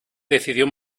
decidió